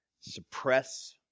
suppress